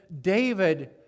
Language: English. David